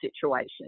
situation